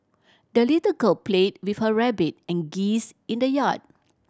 the little girl played with her rabbit and geese in the yard